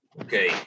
okay